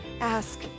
ask